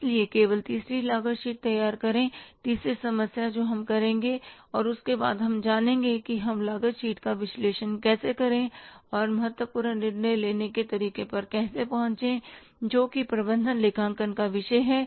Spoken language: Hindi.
इसलिए केवल तीसरी लागत शीट तैयार करें तीसरी समस्या जो हम करेंगे और उसके बाद हम जानेंगे कि हम लागत शीट का विश्लेषण कैसे करें और महत्वपूर्ण निर्णय लेने के तरीके पर कैसे पहुँचें जो कि प्रबंधन लेखांकन का विषय है